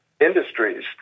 industries